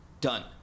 done